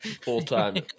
Full-time